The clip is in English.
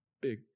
big